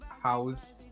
house